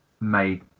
made